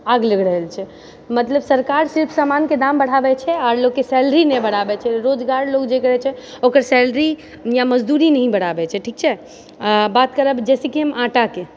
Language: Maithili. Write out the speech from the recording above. आग लगि रहल छै मतलब सरकार सिर्फ समानके दाम बढ़ाबै छै आ लोगके सैलरी नहि बढ़ाबै छै रोजगार जे लोग करै छै ओकर सैलरी या मजदूरी नही बढ़ाबै छै ठीक छै बात करब जैसे कि हम आटाके